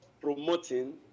promoting